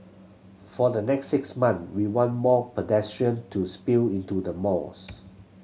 for the next six months we want more pedestrian to spill into the malls